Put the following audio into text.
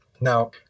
now